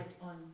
on